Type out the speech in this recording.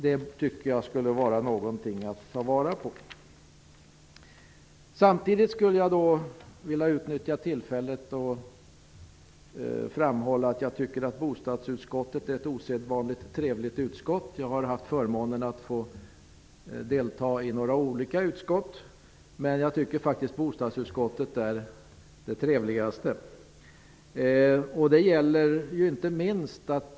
Det vore något att ta vara på. Samtidigt vill jag utnyttja tillfället att framhålla att jag tycker att bostadsutskottet är ett osedvanligt trevligt utskott. Jag har haft förmånen att få delta i några olika utskott, men jag tycker faktiskt att bostadsutskottet är det trevligaste.